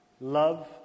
love